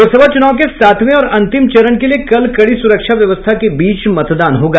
लोकसभा चुनाव के सातवें और अंतिम चरण के लिये कल कड़ी सुरक्षा व्यवस्था के बीच मतदान होगा